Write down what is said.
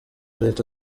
leta